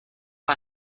war